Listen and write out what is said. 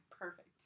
Perfect